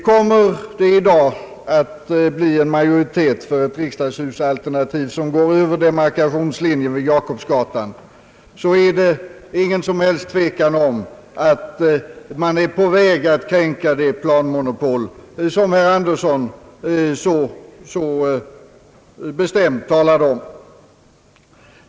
Blir det i dag ett majoritetsbeslut för ett riksdagshusalternativ som går över demarkationslinjen vid Jakobsgatan, är det ingen som helst tvekan om att man kränker det planmonopol som herr Torsten Andersson så bestämt talade för.